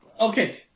Okay